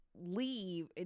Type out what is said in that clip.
leave